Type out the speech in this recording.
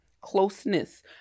Closeness